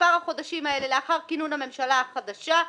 במספר החודשים האלה, לאחר כינון הממשלה החדשה,